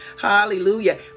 Hallelujah